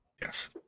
Yes